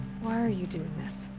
why are you doing this?